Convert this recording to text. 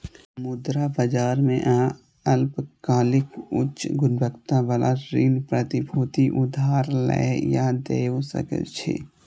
मुद्रा बाजार मे अहां अल्पकालिक, उच्च गुणवत्ता बला ऋण प्रतिभूति उधार लए या दै सकै छी